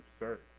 absurd